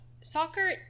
Soccer